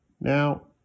Now